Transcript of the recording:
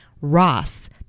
Ross